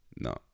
no